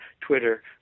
Twitter